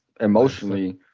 emotionally